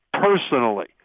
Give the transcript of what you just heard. personally